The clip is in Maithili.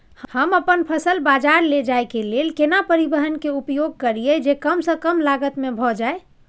हम अपन फसल बाजार लैय जाय के लेल केना परिवहन के उपयोग करिये जे कम स कम लागत में भ जाय?